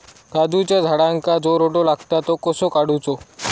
काजूच्या झाडांका जो रोटो लागता तो कसो काडुचो?